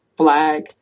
Flag